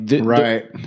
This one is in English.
right